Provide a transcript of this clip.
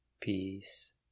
peace